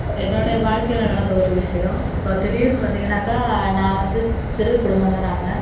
என்னோடய வாழ்க்கையில் நடந்து ஒரு விஷயம் இப்போ திடீர்னு பார்த்திங்கன்னாக்கா நான் வந்து சிறிய குடும்பந்தான் நாங்கள்